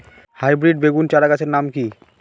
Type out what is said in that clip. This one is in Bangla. হাইব্রিড বেগুন চারাগাছের নাম কি?